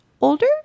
older